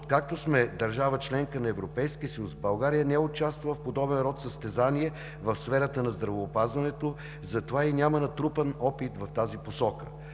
Откакто сме държава – членка на Европейския съюз, България не участва в подобен род състезание в сферата на здравеопазването, затова и няма натрупан опит в тази посока.